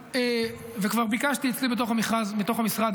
כבר ביקשתי אצלי בתוך המשרד,